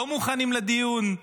לא מוכנים לדיון.